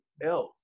else